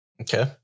Okay